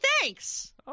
thanks